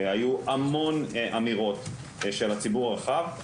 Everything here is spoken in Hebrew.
היו המון אמירות של הציבור הרחב,